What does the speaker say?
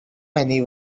penny